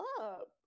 up